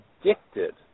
addicted